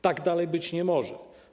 Tak dalej być nie może.